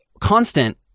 constant